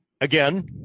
again